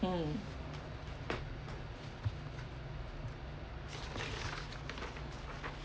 hmm